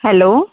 hello